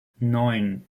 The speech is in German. neun